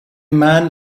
man